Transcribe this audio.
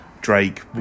Drake